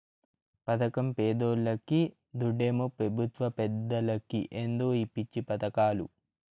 పదకం పేదోల్లకి, దుడ్డేమో పెబుత్వ పెద్దలకి ఏందో ఈ పిచ్చి పదకాలు